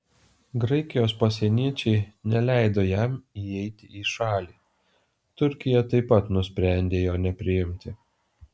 graikijos pasieniečiai neleido jam įeiti į šalį turkija taip pat nusprendė jo nepriimti